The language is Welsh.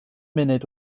munud